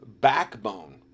backbone